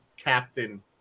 captain